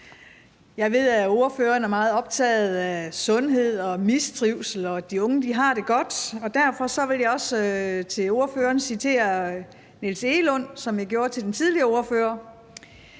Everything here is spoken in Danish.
Jeg ved, at ordføreren er meget optaget af sundhed og mistrivsel og af, at de unge har det godt. Derfor vil jeg også til ordføreren citere Niels Egelund, som jeg gjorde til den tidligere ordfører: